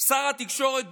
שר התקשורת,